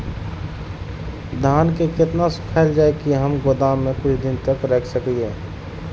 धान के केतना सुखायल जाय की हम गोदाम में कुछ दिन तक रख सकिए?